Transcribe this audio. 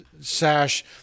sash